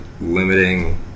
limiting